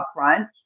upfront